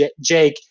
Jake